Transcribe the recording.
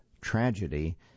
tragedy